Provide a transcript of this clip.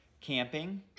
camping